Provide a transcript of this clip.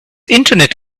internet